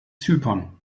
zypern